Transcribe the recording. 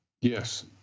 Yes